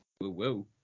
Whoa